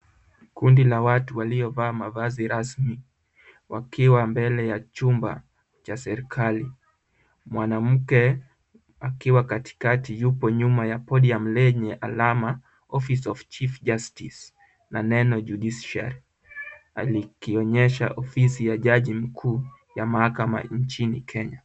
Kundi la watu waliovaa mavazi rasmi wakiwa mbele ya chumba cha serikali. Mwanamke akiwa katikati yupo nyuma ya podium lenye alama office of chief justice na neno judiciary , likionyesha ofisi ya jaji mkuu wa mahakama nchini Kenya.